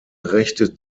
rechte